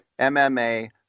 MMA